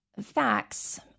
facts